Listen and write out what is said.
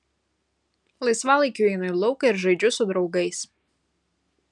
laisvalaikiu einu į lauką ir žaidžiu su draugais